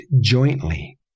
jointly